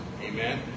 Amen